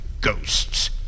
Ghosts